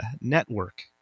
network